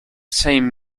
same